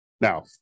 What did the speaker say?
Now